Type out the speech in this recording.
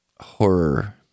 Horror